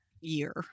year